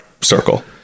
circle